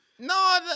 No